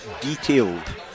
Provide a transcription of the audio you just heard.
detailed